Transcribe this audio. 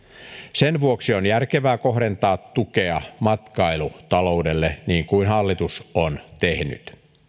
sen vuoksi on järkevää kohdentaa tukea matkailutaloudelle niin kuin hallitus on tehnyt